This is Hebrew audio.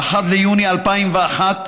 ב-1 ביוני 2001,